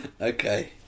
Okay